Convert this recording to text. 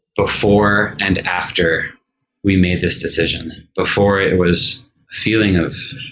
before and after we made this decision, before it was feeling of